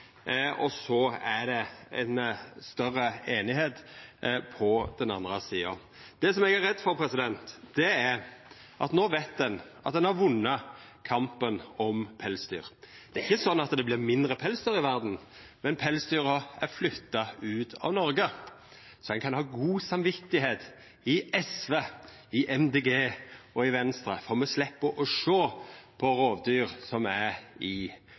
og så er det ei større einigheit på den andre sida. No veit ein at ein har vunne kampen for pelsdyra. Det er ikkje slik at det vert mindre pelsdyrhald i verda, men pelsdyrhaldet er flytta ut av Noreg – ein kan ha godt samvit i SV, Miljøpartiet Dei Grøne og Venstre, for me slepp å sjå rovdyr i bur. Det eg fryktar, er